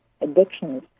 addictions